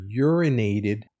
urinated